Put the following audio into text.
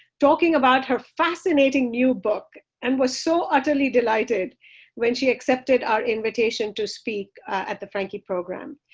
talking about her fascinating new book and was so utterly delighted when she accepted our invitation to speak at the franke program.